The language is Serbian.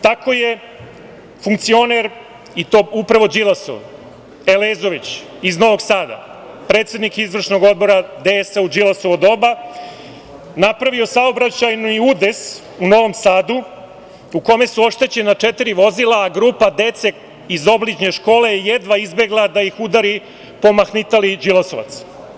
Tako je funkcioner i to upravo Đilasov, Elezović, iz Novog Sada, predsednik Izvršnog odbra DS u Đilasovo doba napravio saobraćajni udes u Novom Sadu u kome su oštećena četiri vozila, a grupa dece iz obližnje škole je jedva izbegla da ih udari pomahnitali Đilasovac.